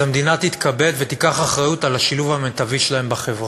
אז המדינה תתכבד ותיקח אחריות לשילוב המיטבי שלהם בחברה.